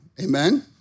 amen